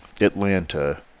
Atlanta